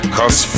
Cause